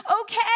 okay